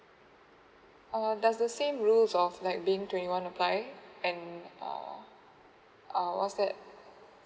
oh that's the same rules of like being twenty one I buy or a was that